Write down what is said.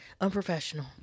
Unprofessional